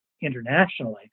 internationally